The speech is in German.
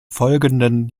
folgenden